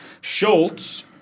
Schultz